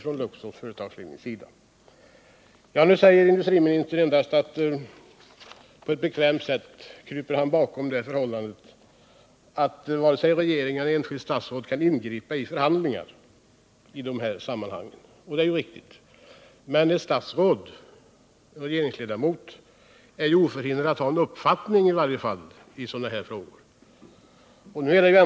På ett bekvämt sätt kryper industriministern bakom det förhållandet att varken regeringen eller ett enskilt statsråd kan ingripa i pågående förhandlingar. Det är riktigt. Men en regeringsledamot är i varje fall oförhindrad att ha en uppfattning i sådana här frågor.